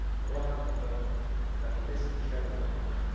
and what happened but that he missed the trail of the hunt,